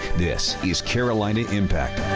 this is carolina impact.